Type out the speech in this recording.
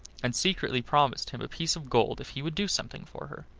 and secretly promised him a piece of gold if he would do something for her.